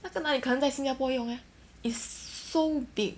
他在那里可能在新加坡用 eh it's so big